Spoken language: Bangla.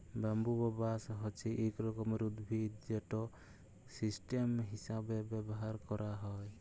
ব্যাম্বু বা বাঁশ হছে ইক রকমের উদ্ভিদ যেট ইসটেম হিঁসাবে ব্যাভার ক্যারা হ্যয়